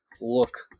look –